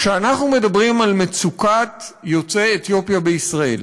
כשאנחנו מדברים על מצוקת יוצאי אתיופיה בישראל,